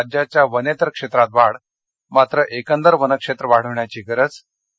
राज्याच्या वनेतर क्षेत्रात वाढ मात्र एकंदर वनक्षेत्र वाढविण्याची गरज आणि